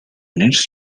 needs